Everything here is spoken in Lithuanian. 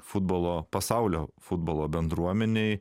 futbolo pasaulio futbolo bendruomenei